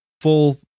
full